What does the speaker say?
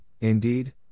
indeed